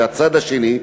בצד השני,